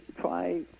try